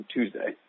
Tuesday